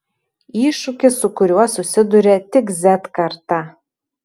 iššūkis su kuriuo susiduria tik z karta